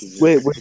wait